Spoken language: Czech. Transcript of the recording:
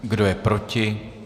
Kdo je proti?